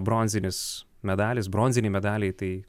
bronzinis medalis bronziniai medaliai tai